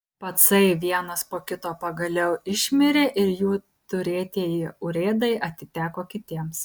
pacai vienas po kito pagaliau išmirė ir jų turėtieji urėdai atiteko kitiems